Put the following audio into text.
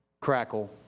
crackle